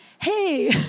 hey